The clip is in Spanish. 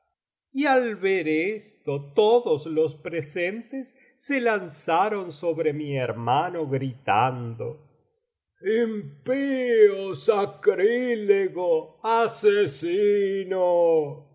y al ver esto todos los presentes se lanzaron sobre mi hermano gritando impío sacrilego asesino